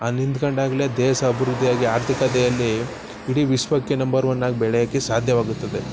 ಹಾಗ್ ನಿಂತ್ಕೊಂಡಾಗ್ಲೇ ದೇಶ ಅಭಿವೃದ್ದಿ ಆಗಿ ಆರ್ಥಿಕತೆಯಲ್ಲಿ ಇಡೀ ವಿಶ್ವಕ್ಕೆ ನಂಬರ್ ಒನ್ ಆಗಿ ಬೆಳೆಯೋಕೆ ಸಾಧ್ಯವಾಗುತ್ತದೆ